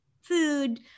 food